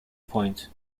point